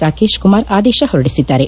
ರಾಕೇಶ್ ಕುಮಾರ್ ಆದೇಶ ಹೊರಡಿಸಿದ್ದಾರೆ